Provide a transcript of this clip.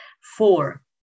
four